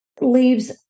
leaves